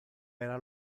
era